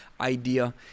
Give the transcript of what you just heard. idea